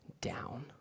down